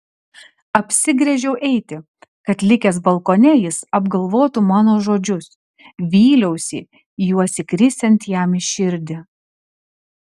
apsigręžiau eiti kad likęs balkone jis apgalvotų mano žodžius vyliausi juos įkrisiant jam į širdį